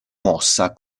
mossa